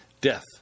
death